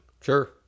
Sure